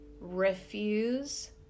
Refuse